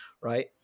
Right